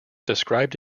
described